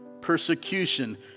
persecution